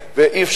אבל כל עוד הם פה,